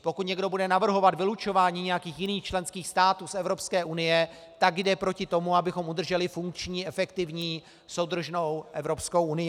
Pokud někdo bude navrhovat vylučování nějakých jiných členských států z Evropské unie, tak jde proti tomu, abychom udrželi funkční, efektivní, soudržnou Evropskou unii.